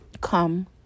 come